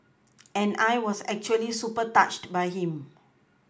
and I was actually super touched by him